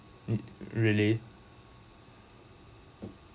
me really